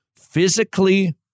physically